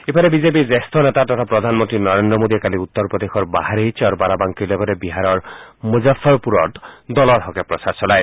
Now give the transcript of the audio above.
ইফালে বিজেপিৰ জ্যেষ্ঠ নেতা তথা প্ৰধানমন্নী নৰেন্দ্ৰ মোডীয়ে কালি উত্তৰ প্ৰদেশৰ বাহৰেইচ আৰু বাৰাবাংকীৰ লগতে বিহাৰৰ মুজফ্ফৰপুৰত দলৰ হকে প্ৰচাৰ চলায়